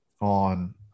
on